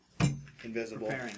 Invisible